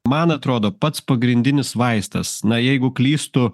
man atrodo pats pagrindinis vaistas na jeigu klystu